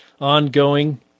ongoing